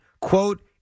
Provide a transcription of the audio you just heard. Quote